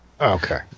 Okay